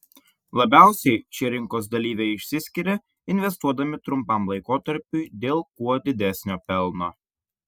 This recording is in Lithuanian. labiausiai šie rinkos dalyviai išsiskiria investuodami trumpam laikotarpiui dėl kuo didesnio pelno